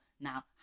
now